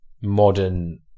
modern